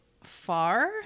far